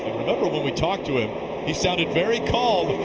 remember when we talked to him he sounded very calm,